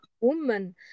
woman